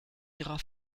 ihrer